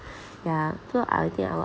yah so I'll think I will